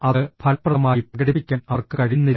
അത് ഫലപ്രദമായി പ്രകടിപ്പിക്കാൻ അവർക്ക് കഴിയുന്നില്ല